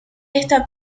esta